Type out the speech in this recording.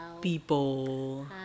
people